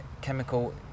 chemical